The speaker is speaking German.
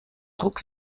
druck